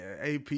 AP